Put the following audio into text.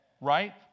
right